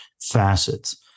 facets